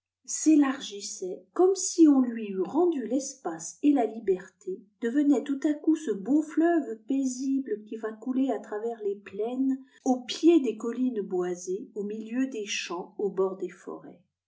s'élargissait comme si on lui eût rendu l'espace et la liberté devenait tout à coup ce beau fleuve paisible qui va couler à travers les plaines au pied des col iines boisées au milieu des champs au bord des forêts